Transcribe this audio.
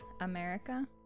america